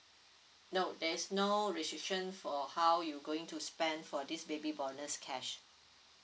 no there is no restriction for how you going to spend for this baby bonus cash